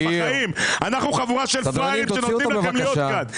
אנחנו חבורה של פראיירים שנותנים לכם להיות כאן.